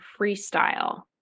freestyle